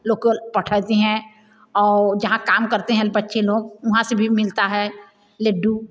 local पठाती हैं आउ जहाँ काम करते हैं बच्चे लोग वहाँ से भी मिलता है लड्डू